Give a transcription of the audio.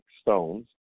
stones